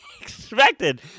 expected